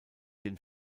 den